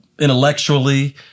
intellectually